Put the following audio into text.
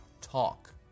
talk